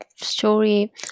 story